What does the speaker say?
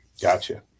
Gotcha